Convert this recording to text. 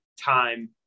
time